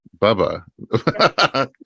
Bubba